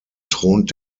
thront